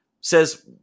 says